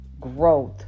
growth